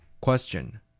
Question